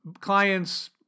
clients